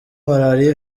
malaria